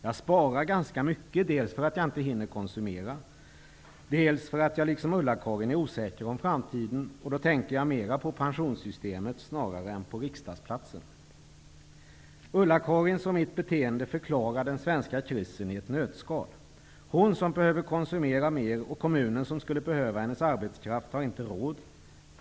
Jag sparar ganska mycket dels för att jag inte hinner konsumera, dels för att jag liksom Ulla-Karin är osäker om framtiden -- och då tänker jag på pensionssystemet snarare än på riksdagsplatsen. Ulla-Karins och mitt beteende förklarar den svenska krisen i ett nötskal: Hon som behöver konsumera mer och kommunen som skulle behöva hennes arbetskraft har inte råd.